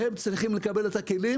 והם צריכים לקבל את הכלים.